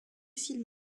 film